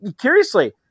curiously